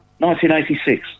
1986